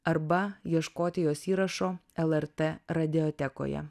arba ieškoti jos įrašo lrt radiotekoje